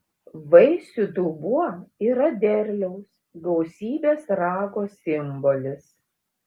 vaisių dubuo yra derliaus gausybės rago simbolis